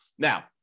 Now